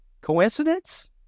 Coincidence